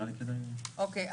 אוקיי.